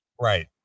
Right